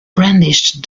brandished